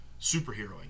superheroing